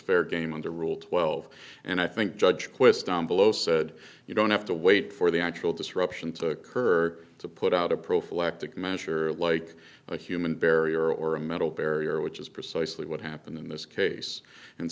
fair game under rule twelve and i think judge quist down below said you don't have to wait for the actual disruption to her to put out a prophylactic measure like a human barrier or a mental barrier which is precisely what happened in this case and